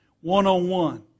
one-on-one